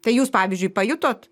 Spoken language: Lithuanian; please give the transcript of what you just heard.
tai jūs pavyzdžiui pajutot